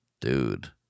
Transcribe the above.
Dude